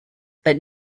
that